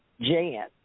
Jan